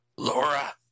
Laura